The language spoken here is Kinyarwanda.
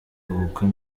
ubukwe